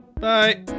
Bye